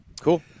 Cool